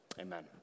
Amen